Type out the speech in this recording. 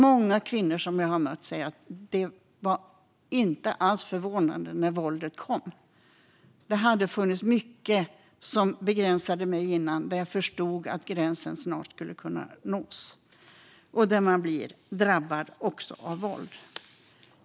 Många kvinnor säger att de inte var förvånade när våldet kom eftersom det fanns mycket som begränsade dem sedan tidigare, och de förstod att gränsen snart skulle nås och drabba dem i form av våld.